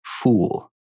fool